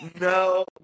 No